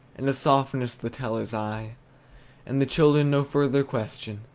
and a softness the teller's eye and the children no further question,